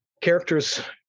characters